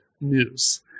news